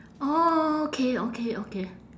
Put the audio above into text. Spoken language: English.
orh okay okay okay